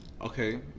Okay